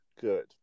Good